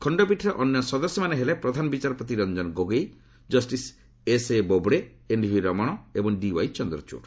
ଖଶ୍ଚପୀଠରେ ଅନ୍ୟ ସଦ୍ୟମାନେ ହେଲେ ପ୍ରଧାନବିଚାର ପତି Ranjan Gogoi justice ଏସ୍ଏବୋବ୍ଡେ N V Raman ଏବଂ ଡିୱାଇ ଚନ୍ଦ୍ରଚୂଡ଼